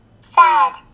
Sad